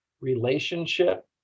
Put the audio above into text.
relationship